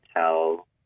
tell